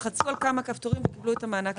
לחצו על כמה כפתורים וקיבלו את המענק.